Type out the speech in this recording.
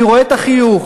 אני רואה את החיוך.